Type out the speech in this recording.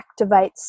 activates